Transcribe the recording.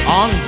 on